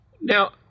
Now